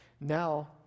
Now